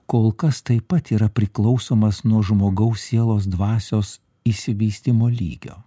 kol kas taip pat yra priklausomas nuo žmogaus sielos dvasios išsivystymo lygio